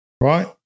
right